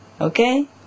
Okay